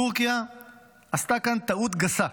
טורקיה עשתה כאן טעות גסה,